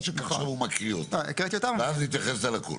שעכשיו הוא מקריא אותן ואז נתייחס לכול.